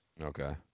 Okay